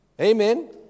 Amen